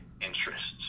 interests